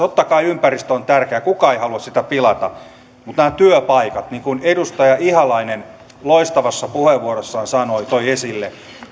ovat totta kai ympäristö on tärkeä kukaan ei halua sitä pilata nämä työpaikat niin kuin edustaja ihalainen loistavassa puheenvuorossaan sanoi ja toi esille